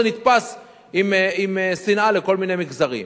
זה נתפס עם שנאה לכל מיני מגזרים.